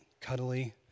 cuddly